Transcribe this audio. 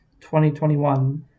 2021